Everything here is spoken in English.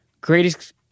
greatest